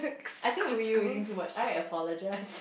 I think I'm screaming too much I apologise